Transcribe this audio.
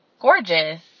gorgeous